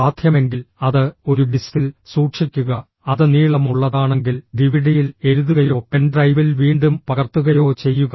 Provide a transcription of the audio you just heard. സാധ്യമെങ്കിൽ അത് ഒരു ഡിസ്കിൽ സൂക്ഷിക്കുക അത് നീളമുള്ളതാണെങ്കിൽ ഡിവിഡിയിൽ എഴുതുകയോ പെൻഡ്രൈവിൽ വീണ്ടും പകർത്തുകയോ ചെയ്യുക